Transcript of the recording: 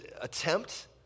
attempt